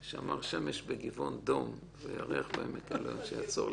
שר הביטחון עם שר המשפטים, באישור ועדת חוקה?